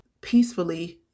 peacefully